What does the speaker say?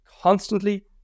constantly